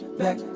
back